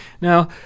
Now